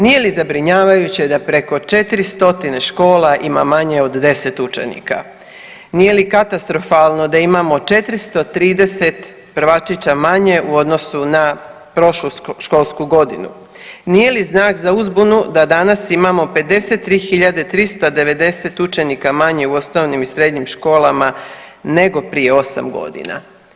Nije li zabrinjavajuće da preko 400 škola ima manje od 10 učenika, nije li katastrofalno da imamo 430 prvačića manje u odnosu na prošlu školsku godinu, nije li znak za uzbunu da danas imamo 53.390 učenika manje u osnovnim i srednjim školama nego prije osam godina?